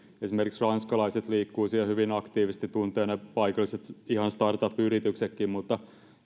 esimerkiksi ranskalaiset liikkuvat siellä hyvin aktiivisesti ja tuntevat ihan paikalliset startup yrityksetkin mutta